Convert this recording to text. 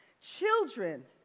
Children